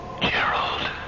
Gerald